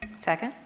second.